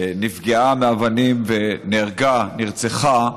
נפגעה מאבנים ונהרגה, נרצחה.